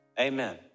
amen